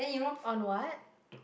on what